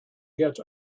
get